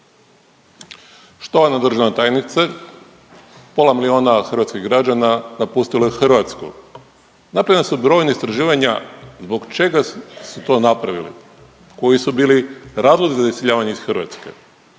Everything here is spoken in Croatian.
Štovana državna tajnice, pola milijuna hrvatskih građana napustilo je Hrvatsku. Napravljena su brojna istraživanja zbog čega su to napravili, koji su bili razlozi za iseljavanje iz Hrvatske